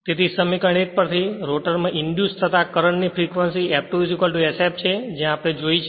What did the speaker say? તેથી સમીકરણ 1 પરથી રોટર માં ઇંડ્યુસ થતાં કરંટ ની ફ્રેક્વંસીF2 sf છે જે આપણે જોઇ છે